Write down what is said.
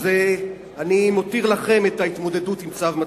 אז אני מותיר לכם את ההתמודדות עם צו מצפונכם.